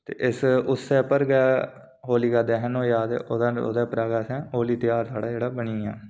उस्सै पर गै होलिका दहन होआ ते ओह्दे उप्परा गै साढ़ा होली ध्यार बनी गेआ